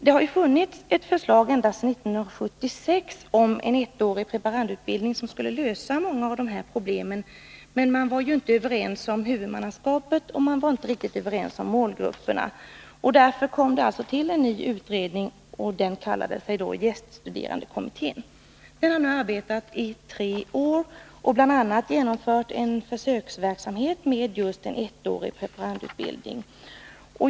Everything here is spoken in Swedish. Det har funnits ett förslag ända sedan 1976 om en ettårig preparandutbildning, som skulle lösa många av de här problemen, men man var inte överens om huvudmannaskapet och inte heller om målgrupperna. Därför kom det till en ny utredning, som kallade sig gäststuderandekommittén. Den har nu arbetat i tre år och bl.a. genomfört en försöksverksamhet med en ettårig preparandutbildning.